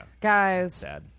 Guys